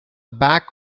back